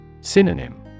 Synonym